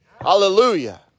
Hallelujah